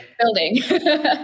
building